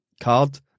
card